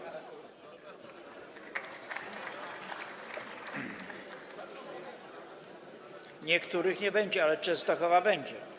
Niektórych nie będzie, ale Częstochowa będzie.